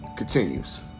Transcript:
continues